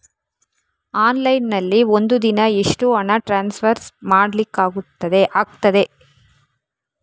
Online ನಲ್ಲಿ ಒಂದು ದಿನ ಎಷ್ಟು ಹಣ ಟ್ರಾನ್ಸ್ಫರ್ ಮಾಡ್ಲಿಕ್ಕಾಗ್ತದೆ?